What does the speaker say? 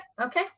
okay